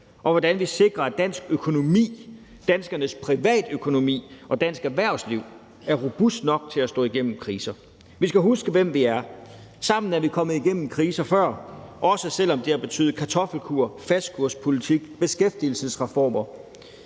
og hvordan vi sikrer, at dansk økonomi – danskernes privatøkonomi og dansk erhvervsliv – er robust nok til at stå igennem kriser. Vi skal huske, hvem vi er. Sammen er vi kommet igennem kriser før, også selv om det har betydet kartoffelkur, fastkurspolitik og beskæftigelsesreformer.